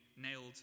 nailed